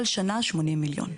כל שנה 80 מיליון.